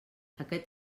aquest